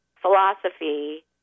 philosophy